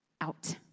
out